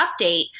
update